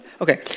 Okay